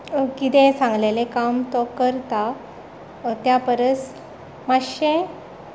कितेंय सांगिल्लें काम तो करता त्या परस मातशे